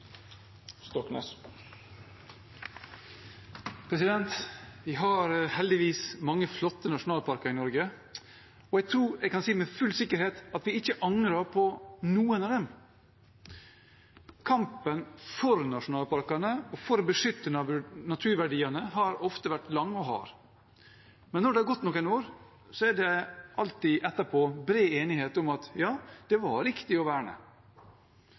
Vi har heldigvis mange flotte nasjonalparker i Norge, og jeg tror jeg kan si med full sikkerhet at vi ikke angrer på noen av dem. Kampen for nasjonalparkene for å beskytte naturverdiene har vært lang og hard, men når det har gått noen år, er det alltid bred enighet etterpå om at – ja, det var riktig å verne.